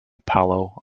paolo